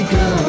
go